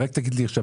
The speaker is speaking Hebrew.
רק תגיד לי עכשיו,